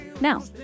Now